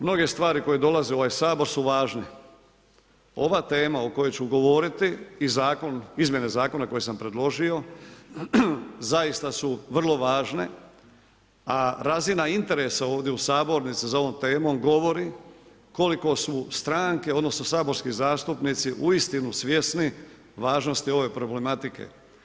Mnoge stvari koje dolaze u ovaj Sabor su važne, ova tema o kojoj ću govoriti i izmjene zakona koje sam predložio zaista su vrlo važne, a razina interesa ovdje u sabornici za ovom temom govori koliko su stranke odnosno saborski zastupnici uistinu svjesni važnosti ove problematike.